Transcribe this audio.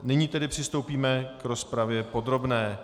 Nyní tedy přistoupíme k rozpravě podrobné.